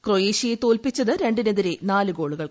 ക്രൊയേഷ്യയെ തോൽപ്പിച്ചത് രണ്ടിനെതിരെ നാല് ഗോളുകൾക്ക്